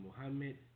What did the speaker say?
Muhammad